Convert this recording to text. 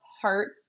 heart